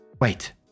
Wait